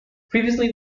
previously